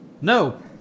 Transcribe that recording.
No